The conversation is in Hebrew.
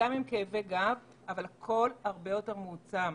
וכאבי גב, אבל הכול הרבה יותר מועצם.